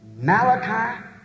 Malachi